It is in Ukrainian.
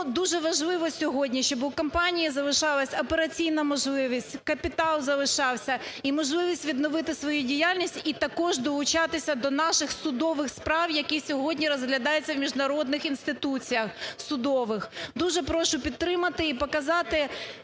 дуже важливо сьогодні, щоб у компанії залишалась операційна можливість, капітал залишався і можливість відновити свою діяльність і також долучатися до наших судових справ, які сьогодні розглядаються в міжнародних інституціях судових. Дуже прошу підтримати і показати,